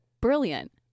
Brilliant